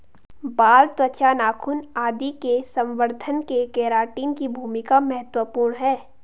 बाल, त्वचा, नाखून आदि के संवर्धन में केराटिन की भूमिका महत्त्वपूर्ण है